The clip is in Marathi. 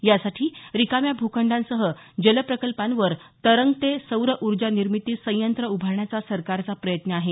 यासाठी रिकाम्या भूखंडांसह जल प्रकल्पांवर तरंगते सौर ऊर्जा निर्मिती संयंत्र उभारण्याचा सरकारचा प्रयत्न आहे